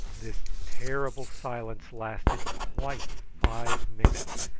this terrible silence lasted quite five minutes.